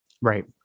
Right